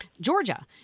Georgia